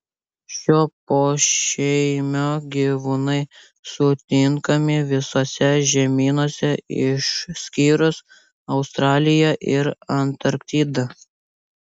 šio pošeimio gyvūnai sutinkami visuose žemynuose išskyrus australiją ir antarktidą